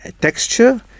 texture